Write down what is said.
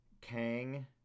Kang